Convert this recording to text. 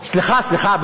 סליחה, סליחה.